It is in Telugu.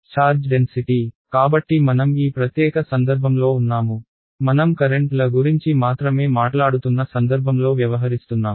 ఛార్జ్ డెన్సిటీ కాబట్టి మనం ఈ ప్రత్యేక సందర్భంలో ఉన్నాము మనం కరెంట్ల గురించి మాత్రమే మాట్లాడుతున్న సందర్భంలో వ్యవహరిస్తున్నాం